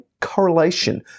correlation